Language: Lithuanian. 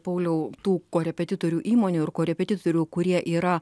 pauliau tų korepetitorių įmonių ir korepetitorių kurie yra